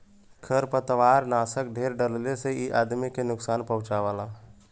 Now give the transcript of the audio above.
खरपतवारनाशक ढेर डलले से इ आदमी के नुकसान पहुँचावला